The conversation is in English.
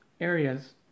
areas